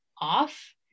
off